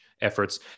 efforts